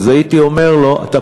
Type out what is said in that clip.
הייתי אומר לו, אני פה.